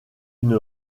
une